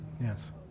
Yes